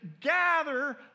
gather